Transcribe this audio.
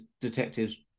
detectives